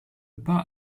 pas